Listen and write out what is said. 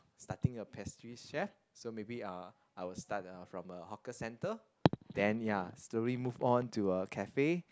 starting a pastry chef so maybe I'll I will start from a hawker centre then ya slowly move on to a cafe